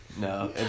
No